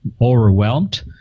overwhelmed